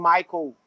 Michael